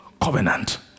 covenant